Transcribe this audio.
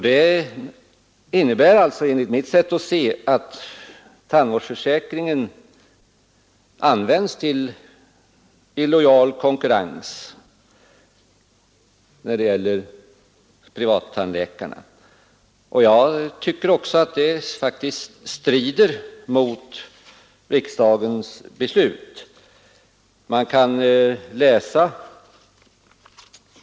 Det innebär enligt mitt sätt att se att tandvårdsförsäkringen används till illojal konkurrens gentemot privattandläkarna. Jag tycker faktiskt att detta strider mot riksdagens beslut.